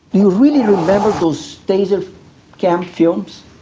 you really remember those taser cam films,